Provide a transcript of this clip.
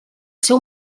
seu